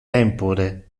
tempore